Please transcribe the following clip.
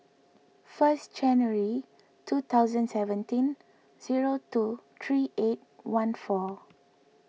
first January two thousand seventeen zero two three eight one four